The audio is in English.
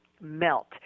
melt